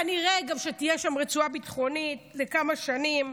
כנראה שגם תהיה שם רצועה ביטחונית לכמה שנים,